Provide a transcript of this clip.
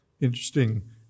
interesting